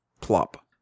plop